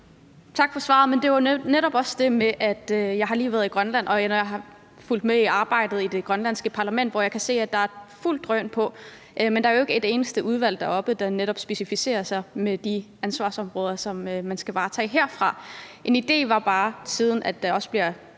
Tak for svaret. Men det var netop også det. Jeg har lige været i Grønland, og jeg har fulgt med i arbejdet i det grønlandske parlament, hvor jeg kan se, at der er fuld drøn på, men der er jo ikke et eneste udvalg deroppe, der netop beskæftiger sig med de ansvarsområder, som man skal varetage herfra. En idé var bare – siden der også bliver